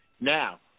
Now